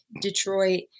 Detroit